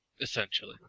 essentially